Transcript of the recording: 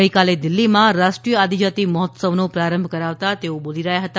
ગઈકાલે દિલ્હીમાં રાષ્ટ્રીય આદિજાતિ મહોત્સવનો પ્રારંભ કરાવતા તેઓ બોલી રહ્યા હતા